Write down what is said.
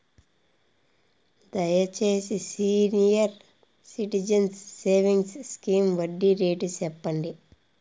దయచేసి senior citizens savings scheme వడ్డీ rate సెప్పండి